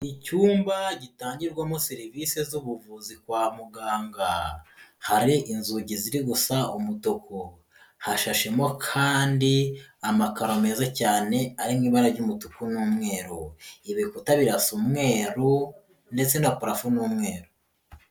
Icyumba gitangirwamo serivisi z'ubuvuzi kwa muganga, hari inzugi ziri gusa umutuku, hashashemo kandi amakaro meza cyane, ari mu ibara ry'umutuku n'umweru, ibikuta birasa umwero ndetse na parafo ni umweru.